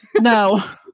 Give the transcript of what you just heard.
No